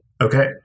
Okay